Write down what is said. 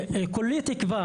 כולי תקווה